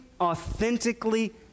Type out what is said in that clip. authentically